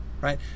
right